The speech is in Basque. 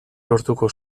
lortuko